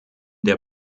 der